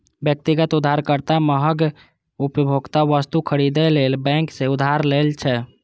व्यक्तिगत उधारकर्ता महग उपभोक्ता वस्तु खरीदै लेल बैंक सं उधार लै छै